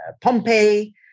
Pompeii